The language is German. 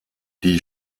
die